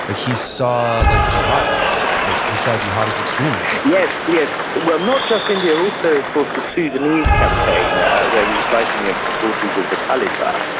ah he saw like jihadis. like he saw jihadist extremists yes, yes. well, not just india, also of course the sudanese campaign where he was fighting against the forces of the khalifa.